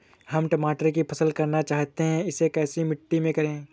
हम टमाटर की फसल करना चाहते हैं इसे कैसी मिट्टी में करें?